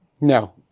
No